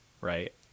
right